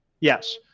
Yes